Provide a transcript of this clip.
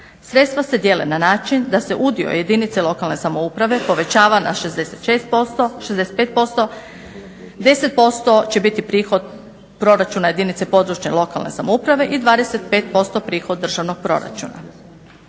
Sredstava se dijele na način da se udio jedinice lokalne samouprave povećava na 65%, 10% će biti prihod proračuna jedinice područne i lokalne samouprave i 25% prihod državnog proračuna.